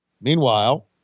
Meanwhile